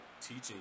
teaching